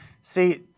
See